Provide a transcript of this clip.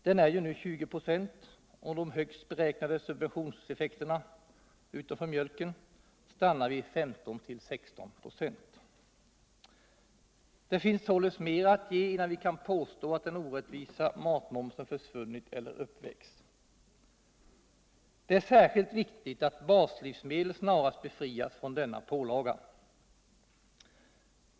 Den ligger nu på 20 26, och de högst beräknade subventionseffekterna — med undantag av mjölken — stannar vid 15-16 26. Det finns således mer att ge innan vi kan påstå att den orättvisa matmomscen försvunnit eller uppvägts. Det är särskilt viktigt att baslivsmedlen snarast befrias från denna pålaga.